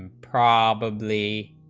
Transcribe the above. probably